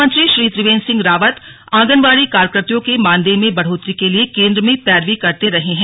मुख्यमंत्री श्री त्रिवेन्द्र सिंह रावत आंगनवाड़ी कार्यकर्रियों के मानदेय में बढ़ोतरी के लिए केन्द्र में पैरवी करते रहे हैं